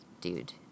dude